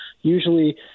Usually